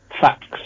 facts